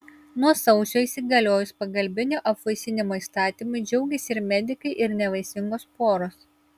nuo sausio įsigaliojus pagalbinio apvaisinimo įstatymui džiaugėsi ir medikai ir nevaisingos poros